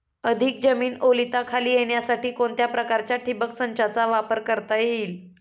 अधिक जमीन ओलिताखाली येण्यासाठी कोणत्या प्रकारच्या ठिबक संचाचा वापर करता येईल?